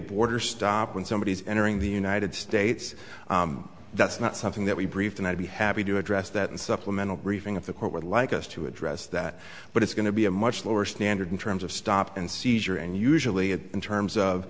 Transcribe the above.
border stop when somebody is entering the united states that's not something that we briefed and i'd be happy to address that and supplemental briefing of the court would like us to address that but it's going to be a much lower standard terms of stop and seizure and usually in terms of